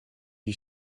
you